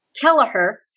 Kelleher